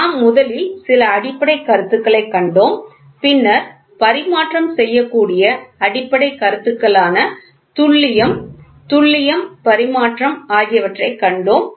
நாம் முதலில் சில அடிப்படைக் கருத்துக்களைக் கண்டோம் பின்னர் பரிமாற்றம் செய்யக்கூடிய அடிப்படைக் கருத்துக்களான துல்லியம் துல்லியம் பரிமாற்றம் ஆகியவற்றை கண்டோம்